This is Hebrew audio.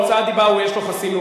הוצאת דיבה, הוא, יש לו חסינות.